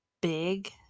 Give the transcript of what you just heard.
big